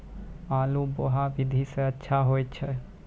आलु बोहा विधि सै अच्छा होय छै?